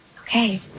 Okay